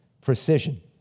precision